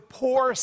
poor